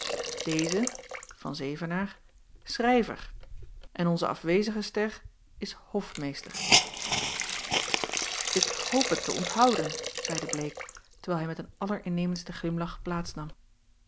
deze van zevenaer schrijver en onze afwezige ster is hofmeester ik hoop het te onthouden zeide bleek terwijl hij met een allerinnemendsten glimlach plaats nam